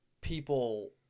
people